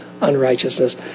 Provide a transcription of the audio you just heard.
unrighteousness